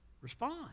respond